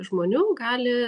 žmonių gali